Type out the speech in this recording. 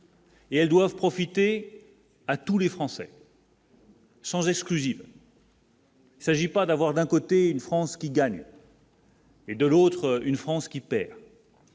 Et elles doivent profiter à tous les Français. Sans exclusive. Il s'agit pas d'avoir d'un côté, une France qui gagne. Et de l'autre, une France qui perd.